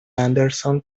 anderson